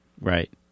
right